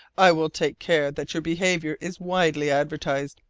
i will take care that your behaviour is widely advertised,